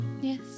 yes